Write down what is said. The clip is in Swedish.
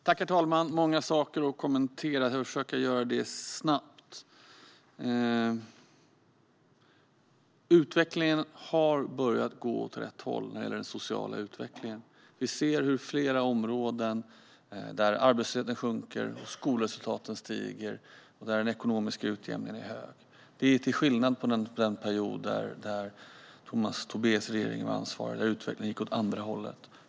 Herr talman! Det är många saker jag vill kommentera. Jag försöker göra det snabbt. Den sociala utvecklingen har börjat gå åt rätt håll. Vi ser flera områden där arbetslösheten sjunker, skolresultaten stiger och den ekonomiska utjämningen är hög, till skillnad från den period då Tomas Tobés parti hade regeringsansvar. Då gick utvecklingen åt andra hållet.